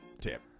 Tip